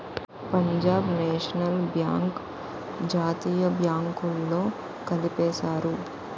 Punjab National Bank జాతీయ బ్యాంకుల్లో కలిపేశారు